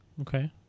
okay